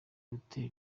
hotel